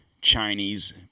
Chinese